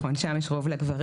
נכון, שם יש רוב לגברים.